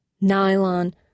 Nylon